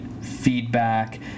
feedback